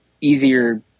easier